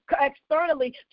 externally